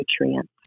nutrients